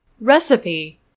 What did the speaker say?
Recipe